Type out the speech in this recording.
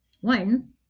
one